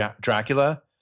Dracula